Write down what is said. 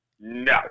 no